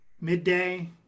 midday